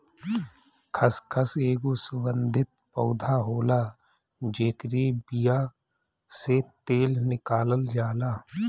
खसखस एगो सुगंधित पौधा होला जेकरी बिया से तेल निकालल जाला